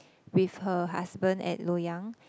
with her husband at Loyang